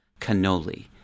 cannoli